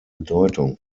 bedeutung